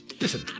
Listen